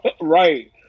right